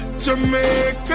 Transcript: Jamaica